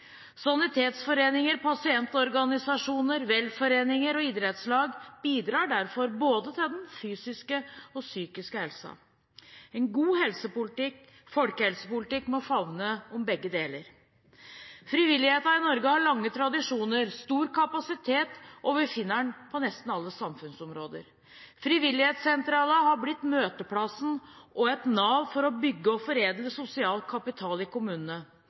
Sanitetsforeninger, pasientorganisasjoner, velforeninger og idrettslag bidrar derfor både til den fysiske og psykiske helsa. En god folkehelsepolitikk må favne om begge deler. Frivilligheten i Norge har lange tradisjoner og stor kapasitet, og vi finner den på nesten alle samfunnsområder. Frivillighetssentralene har blitt møteplasser og et nav for å bygge og foredle sosial kapital i kommunene.